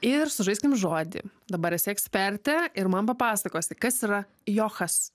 ir sužaiskim žodį dabar esi ekspertė ir man papasakosi kas yra johas